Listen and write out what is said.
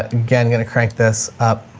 again going to crank this up